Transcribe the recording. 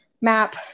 map